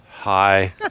Hi